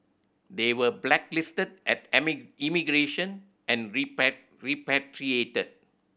they were blacklisted at immigration and repatriated